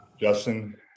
Justin